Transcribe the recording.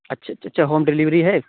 اچھا اچھا اچھا ہوم ڈیلیوری ہے